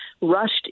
rushed